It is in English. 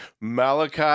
Malachi